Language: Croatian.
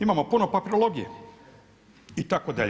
Imamo puno papirologije itd.